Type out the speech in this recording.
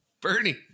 Bernie